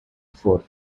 for